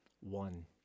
One